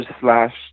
slash